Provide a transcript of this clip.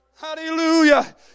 Hallelujah